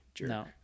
No